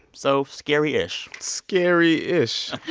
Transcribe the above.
so scary-ish scary-ish